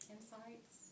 Insights